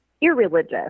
irreligious